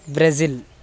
Brazil